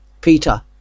Peter